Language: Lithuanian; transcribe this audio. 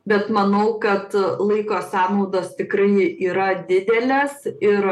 bet manau kad laiko sąnaudos tikrai yra didelės ir